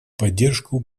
поддержку